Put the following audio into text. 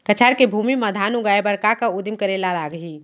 कछार के भूमि मा धान उगाए बर का का उदिम करे ला लागही?